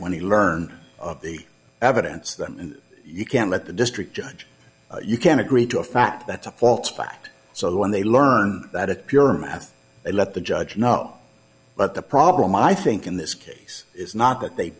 when he learned of the evidence then you can let the district judge you can agree to a fact that's a false fact so when they learn that a pure math i let the judge know but the problem i think in this case is not that they